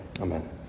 Amen